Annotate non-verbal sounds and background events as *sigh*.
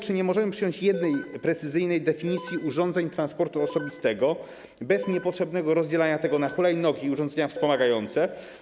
Czy nie możemy przyjąć jednej precyzyjnej definicji urządzeń transportu osobistego *noise* bez niepotrzebnego rozdzielania ich na hulajnogi i urządzenia wspomagające?